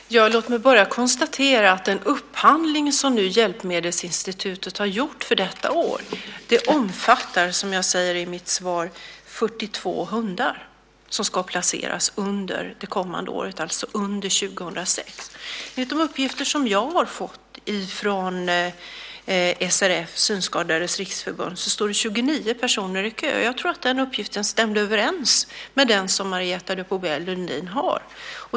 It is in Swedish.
Herr talman! Låt mig bara konstatera att den upphandling som Hjälpmedelsinstitutet har gjort för detta år omfattar, som jag säger i mitt svar, 42 hundar som ska placeras under det kommande året, alltså under 2006. Enligt de uppgifter som jag har fått från Synskadades Riksförbund står 29 personer i kö. Jag tror att den uppgiften stämmer överens med den som Marietta de Pourbaix-Lundin har.